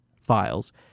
files